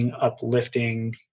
uplifting